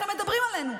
איך הם מדברים עלינו.